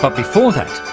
but before then,